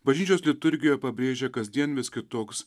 bažnyčios liturgijoj pabrėžia kasdien vis kitoks